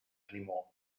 anymore